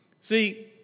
See